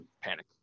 panic